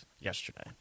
yesterday